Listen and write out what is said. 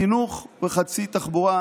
חינוך וחצי תחבורה.